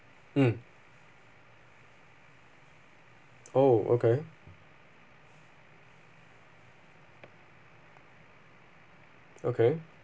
mm oh okay okay